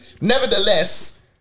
Nevertheless